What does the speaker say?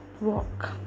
walk